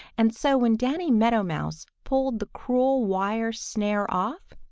and so when danny meadow mouse pulled the cruel wire snare off,